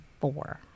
four